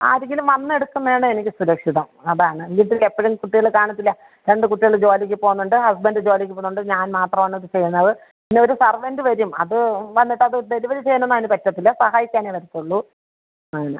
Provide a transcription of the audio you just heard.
ആരെങ്കിലും വന്ന് എടുക്കുന്നതാണ് എനിക്ക് സുരക്ഷിതം അതാണ് വീട്ടിൽ എപ്പോഴും കുട്ടികൾ കാണത്തില്ല രണ്ട് കുട്ടികൾ ജോലിക്ക് പോവുന്നുണ്ട് ഹസ്ബൻഡ് ജോലിക്ക് പോവുന്നുണ്ട് ഞാൻ മാത്രമാണ് ഇത് ചെയ്യുന്നത് പിന്നെ ഒരു സെർവൻറ് വരും അത് വന്നിട്ട് അത് ഡെലിവറി ചെയ്യാനൊന്നും അതിന് പറ്റത്തില്ല സഹായിക്കാനേ വരുള്ളൂ അങ്ങനെ